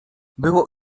było